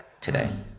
today